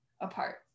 apart